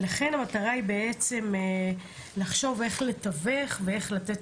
ולכן המטרה היא בעצם לחשוב איך לתווך ואיך לתת